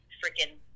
freaking